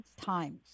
times